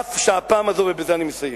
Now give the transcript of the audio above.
אף שהפעם הזאת, ובזה אני מסיים,